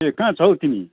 ए कहाँ छ हौ तिमी